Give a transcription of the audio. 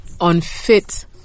unfit